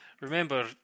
remember